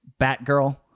Batgirl